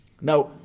Now